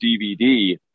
DVD